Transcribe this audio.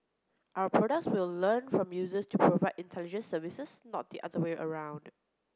our products will learn from users to provide intelligent services not the other way around